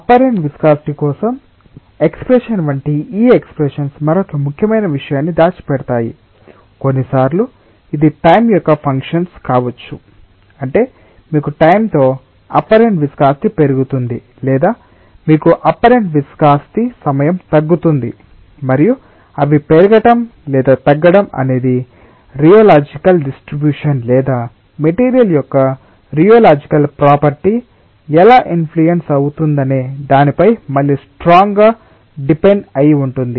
apparent viscosity కోసం expression వంటి ఈ ఎక్స్ప్రెషన్స్ మరొక ముఖ్యమైన విషయాన్ని దాచిపెడతాయి కొన్నిసార్లు ఇది టైం యొక్క ఫంక్షన్స్ కావచ్చు అంటే మీకు టైంతో అప్పరెంట్ విస్కాసిటి పెరుగుతుంది లేదా మీకు అప్పరెంట్ విస్కాసిటి సమయం తగ్గుతుంది మరియు అవి పెరగటం లేదా తగ్గటం అనేది రియోలాజికల్ డిస్ట్రిబ్యూషన్ లేదా మెటీరియల్ యొక్క రియోలాజికల్ ప్రాపర్టీ ఎలా ఇన్ఫ్లుయెన్స్ అవుతుందనే దానిపై మళ్ళీ స్ట్రాంగ్ గా డిపెండ్ అయ్యి ఉంటుంది